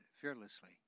fearlessly